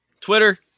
Twitter